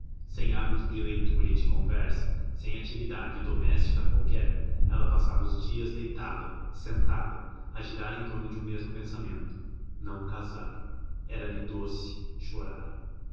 sem hábitos de leitura e de conversa sem atividade doméstica qualquer ela passava os dias deitada sentada a girar em torno de um mesmo pensamento não casar era-lhe doce chorar